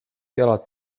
jalad